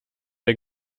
der